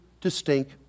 distinct